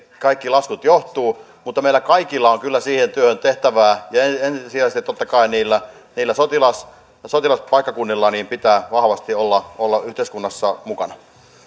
kaikki lasku johtuu meillä kaikilla on kyllä siinä työssä tehtävää ja ensisijaisesti totta kai niillä niillä sotilaspaikkakunnilla pitää vahvasti olla olla yhteiskunnassa mukana